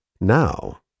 now